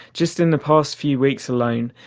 just in the past few weeks alone,